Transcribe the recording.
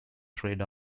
thread